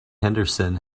henderson